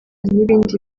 n’ibindi